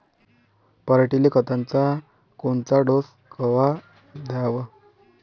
पऱ्हाटीले खताचा कोनचा डोस कवा द्याव?